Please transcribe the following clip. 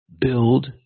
build